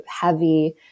heavy